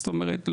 זאת אומרת,